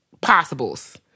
possibles